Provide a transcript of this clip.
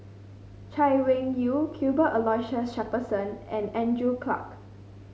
Chay Weng Yew Cuthbert Aloysius Shepherdson and Andrew Clarke